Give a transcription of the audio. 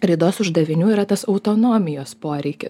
raidos uždavinių yra tas autonomijos poreikis